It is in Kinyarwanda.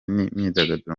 n’imyidagaduro